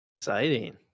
exciting